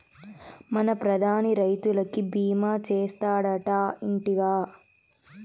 మన ప్రధాని రైతులకి భీమా చేస్తాడటా, ఇంటివా